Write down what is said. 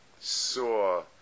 saw